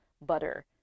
butter